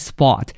Spot